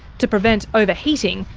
to prevent overheating,